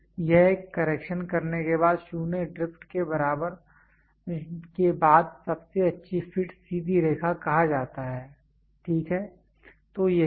तो यह एक करेक्शन करने के बाद शून्य ड्रिफ्ट के बाद सबसे अच्छी फिट सीधी रेखा कहा जाता है ठीक है